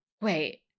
wait